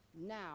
Now